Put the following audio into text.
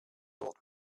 old